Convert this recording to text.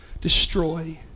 destroy